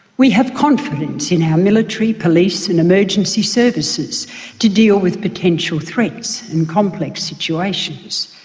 we have confidence in our military, police, and emergency services to deal with potential threats and complex situations.